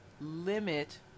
limit